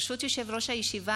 ברשות יושב-ראש הישיבה,